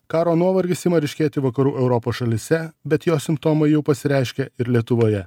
karo nuovargis ima ryškėti vakarų europos šalyse bet jo simptomai jau pasireiškia ir lietuvoje